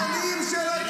חבר הכנסת עידן רול.